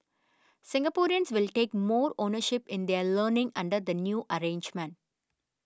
Singaporeans will take more ownership in their learning under the new arrangement